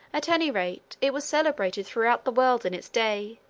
at any rate, it was celebrated throughout the world in its day,